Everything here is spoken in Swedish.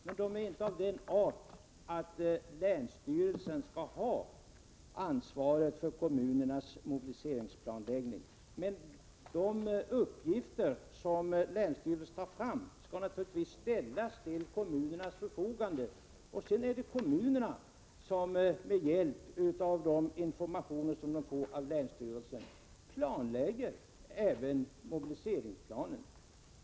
Men de är inte av den art att de motiverar att länsstyrelsen skall ha ansvaret för kommunernas mobiliseringsplanläggning. De uppgifter som länsstyrelserna tar fram skall naturligtvis ställas till kommunernas förfogande, och sedan är det kommunerna som med hjälp av de informationer de får av länsstyrelsen utformar även mobiliseringsplanen.